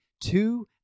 two